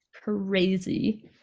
Crazy